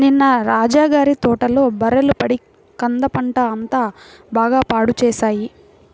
నిన్న రాజా గారి తోటలో బర్రెలు పడి కంద పంట అంతా బాగా పాడు చేశాయి